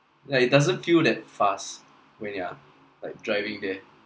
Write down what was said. like it doesn't feel that fast when you are like driving there